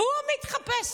הוא מתחפש.